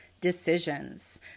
decisions